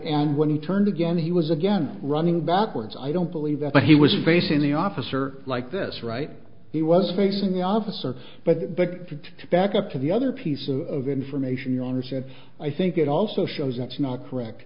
and when he turned again he was again running backwards i don't believe that but he was facing the officer like this right he was facing the officer but victor to back up to the other piece of information your honor said i think it also shows that's not correct